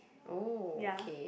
oh okay